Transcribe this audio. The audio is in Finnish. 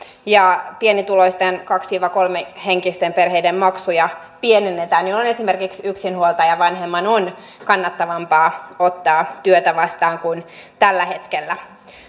pienituloisten kaksi kolmihenkisten perheiden maksuja pienennetään jolloin esimerkiksi yksinhuoltajavanhemman on kannattavampaa ottaa työtä vastaan kuin tällä hetkellä